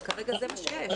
אבל כרגע זה מה שיש.